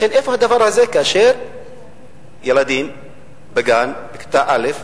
לכן, איפה הדבר הזה, כאשר ילדים בגן, בכיתה א',